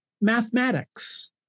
Mathematics